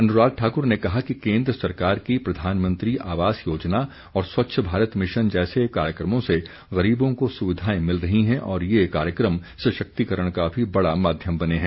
अनुराग ठाकर ने कहा कि केन्द्र सरकार की प्रधानमंत्री आवास योजना और स्वच्छ भारत मिशन जैसे कार्यक्रमों से गरीबों को सुविधाएं मिल रही हैं और ये कार्यक्रम सशक्तिकरण का भी बड़ा माध्यम बने हैं